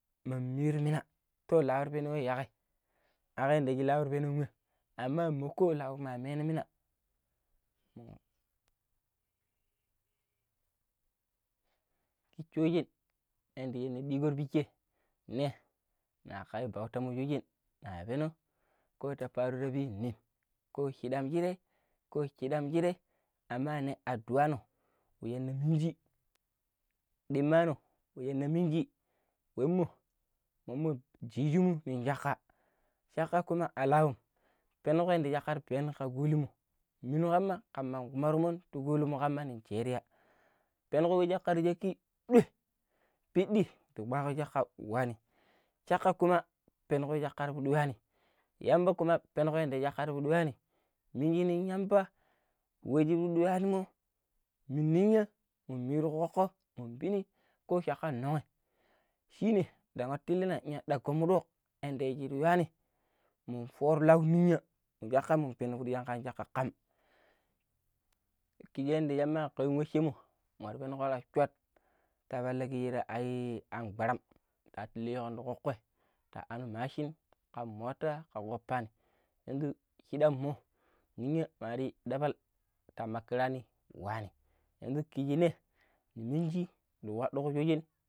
ta lano peno wei yakai akam yadda shi lau ta penon wem amma moko lau ma mena mina, kiji shoojen shin diigon tipicco ne naka ya bautammo shoojen na peno ko ta patun ni ko shidam shierei ko shidam sharei amma ne addu ano ne it fuji dimmano we naminji wemo mammo jiji mu nong cakka cakka kuma a lau penuko yadda cakka pena ka golimo muniama kaman gorimon ti gonigo najeriya penu we shika chekki dok piddi ndi kpakko cakka waani cakka kuma peno we cakka ka yuani yamba kuma penuko we shir cakka pudi yuani miniji nong yamba we shi ti pidi yuani mo mu ninya mun miru ku kokko mun pini ko cakka nong shine ndang nwatulina iya daggu mudok yanda shir yuani mun fooro lan ninya cakka mun penigom yangam cakka kam kiji yadda shimmaka yunwuccemu mar marashanna a choi ti watogira a abaram tati liwon tikokkoi tahanau machine kan mota kango pan yanzu shidanmo mira mariyii dabal ta ma kiraani waani yanzu kiji ne miniji ni kpaduko shoojen.